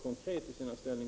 Öresundsförbin